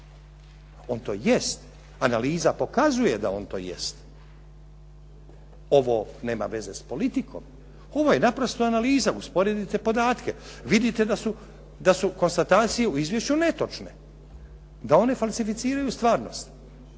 On to jest, analiza pokazuje da on to jest. Ovo nema veze s politikom, ovo je naprosto analiza. Usporedite podatke. Vidite da su konstatacije u izvješću netočne, da one falsificiraju javnost.